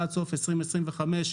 עד סוף שנת 2025,